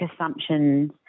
assumptions